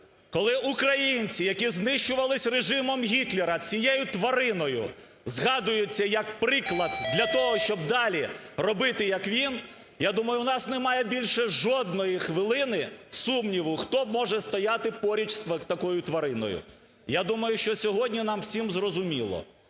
Коли українці, які знищувались режимом Гітлера, цією твариною згадуються як приклад для того, щоб далі робити, як він, я думаю, у нас немає більше жодної хвилину сумніву, хто може стояти поруч з такою твариною. Я думаю, що сьогодні нам всім зрозуміло,